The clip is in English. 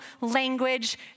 language